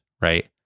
right